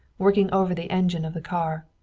working over the engine of the car.